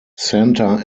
santa